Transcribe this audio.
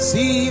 See